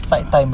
ah